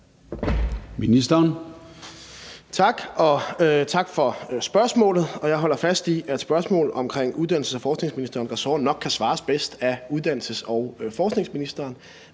Tak. Og tak for spørgsmålet. Jeg holder fast i, at spørgsmål under uddannelses- og forskningsministerens ressort nok bedst kan besvares af uddannelses- og forskningsministeren.